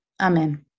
Amen